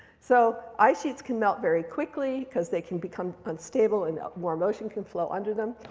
so ice sheets can melt very quickly because they can become unstable and warm ocean can flow under them.